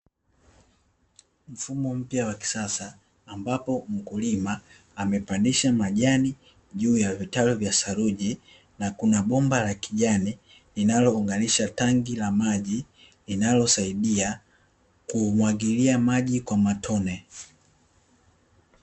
Mfumo mpya wa kisasa, ambapo mkulima amepandisha majani juu ya vitalu vya saluji na kuna bomba la kijani linalounganisha tanki la maji linalosaidia kumwagilia maji kwa matone.